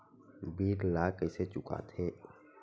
bill ला कइसे चुका थे